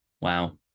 Wow